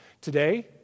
Today